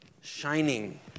shining